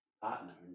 partner